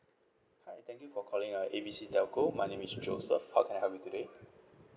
hi thank you for calling uh A B C telco my name is joseph how can I help you today